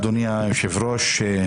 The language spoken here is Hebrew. אדוני היושב-ראש,